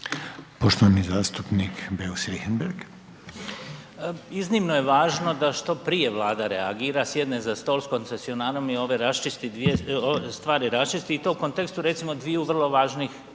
Goran (GLAS)** Iznimno je važno da što prije Vlada reagira, sjedne za stol sa koncesionarom i dvije stvari raščisti i to u kontekstu recimo dviju vrlo važnih